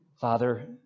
Father